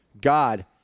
God